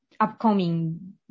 Upcoming